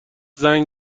زنگ